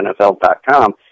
NFL.com